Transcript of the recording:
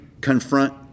confront